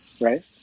right